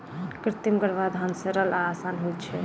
कृत्रिम गर्भाधान सरल आ आसान होइत छै